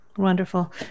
Wonderful